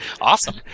Awesome